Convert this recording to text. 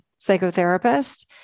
psychotherapist